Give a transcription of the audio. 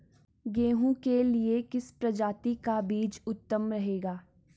गेहूँ के लिए किस प्रजाति का बीज उत्तम रहेगा?